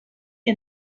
que